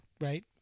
Right